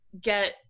get